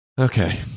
okay